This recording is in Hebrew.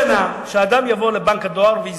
שאדם יבוא לבנק הדואר ויזדהה,